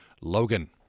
Logan